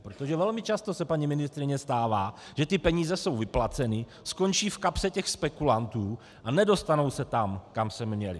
Protože velmi často se, paní ministryně, stává, že peníze jsou vyplaceny, skončí v kapse spekulantů a nedostanou se tam, kam měly.